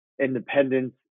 independence